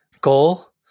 goal